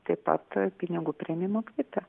taip pat pinigų priėmimo kvitą